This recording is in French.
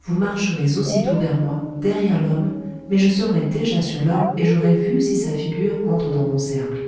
vous marcherez aussitôt vers moi derrière l'homme mais je serai déjà sur l'homme et j'aurai vu si sa figure entre dans mon cercle